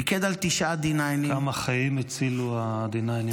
פיקד על תשעה D9. כמה חיים הצילו ה- D9האלה,